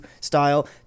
style